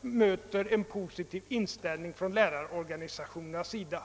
innebär en positiv inställning från lärarorganisationernas sida.